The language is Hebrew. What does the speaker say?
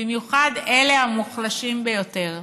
במיוחד אלה המוחלשים ביותר.